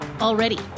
already